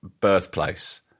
birthplace